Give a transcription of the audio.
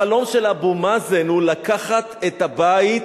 החלום של אבו מאזן הוא לקחת את הבית